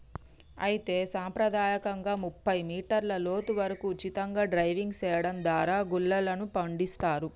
అయితే సంప్రదాయకంగా ముప్పై మీటర్ల లోతు వరకు ఉచితంగా డైవింగ్ సెయడం దారా గుల్లలను పండిస్తారు